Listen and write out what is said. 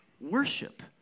worship